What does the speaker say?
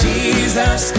Jesus